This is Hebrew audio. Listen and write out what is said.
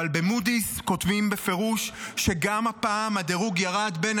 אבל במודי'ס כותבים בפירוש שגם הפעם הדירוג ירד בין